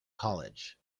college